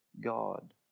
God